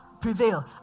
prevail